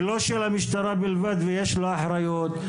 זה לא של המשטרה בלבד ויש לה אחרות.